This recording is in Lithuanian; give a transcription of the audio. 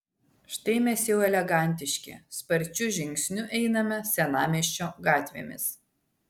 štai mes jau elegantiški sparčiu žingsniu einame senamiesčio gatvėmis